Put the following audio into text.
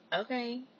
Okay